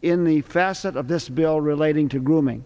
in the facet of this bill relating to grooming